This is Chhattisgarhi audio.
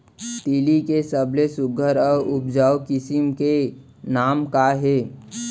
तिलि के सबले सुघ्घर अऊ उपजाऊ किसिम के नाम का हे?